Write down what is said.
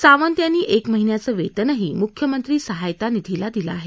सावंत यांनी एक महिन्याचं वेतनही मुख्यमंत्री सहाय्यता निधीला दिलं आहे